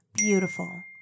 Beautiful